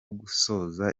gusoza